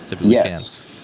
yes